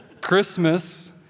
Christmas